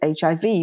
HIV